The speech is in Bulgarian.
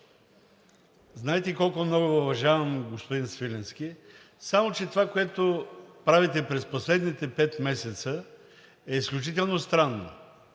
…знаете колко много Ви уважавам, господин Свиленски, само че това, което правите през последните пет месеца, е изключително странно,